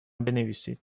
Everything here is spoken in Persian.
بنویسید